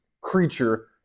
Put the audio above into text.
creature